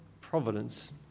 providence